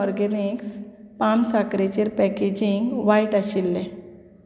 fortune Organics palms साकरेचेर packaging वायट आशिल्लें